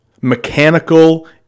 Mechanical